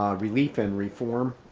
um relief and reform